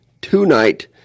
tonight